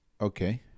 Okay